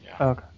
Okay